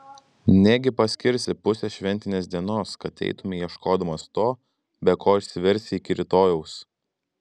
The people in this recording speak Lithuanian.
negi paskirsi pusę šventinės dienos kad eitumei ieškodamas to be ko išsiversi iki rytojaus